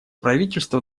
правительства